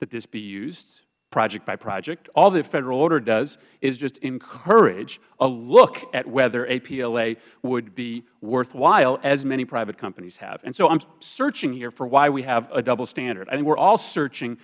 that this be used project by project all the federal government does is just encourage a look at whether a pla would be worthwhile as many private companies have so i'm searching here for why we have a double standard and we're all searching